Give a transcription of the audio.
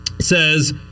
says